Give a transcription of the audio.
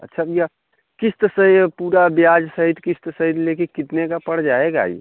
अच्छा भैया किस्त से पूरा ब्याज सहित किस्त सहित ले कर कितने का पड़ जाएगा यह